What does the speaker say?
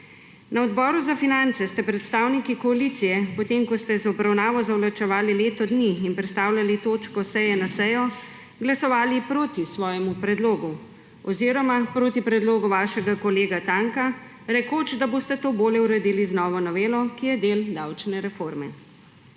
Na Odboru za finance ste predstavniki koalicije, potem ko ste z obravnavo zavlačevali leto dni in prestavljali točko s seje na sejo, glasovali proti svojemu predlogu oziroma proti predlogu vašega kolega Tanka, rekoč, da boste to bolje uredili z novo novelo, ki je del davčne reforme,